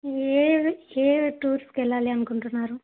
ఏది ఏది టూర్స్కు వెళ్ళాలి అనుకుంటున్నారు